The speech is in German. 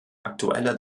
aktueller